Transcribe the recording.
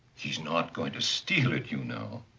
he's not going to steal it, you know.